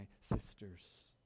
sisters